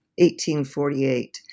1848